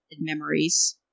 memories